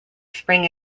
spring